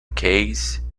case